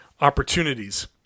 opportunities